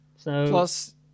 Plus